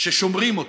ששומרים אותה,